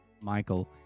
Michael